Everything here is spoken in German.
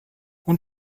und